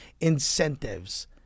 incentives